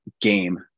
game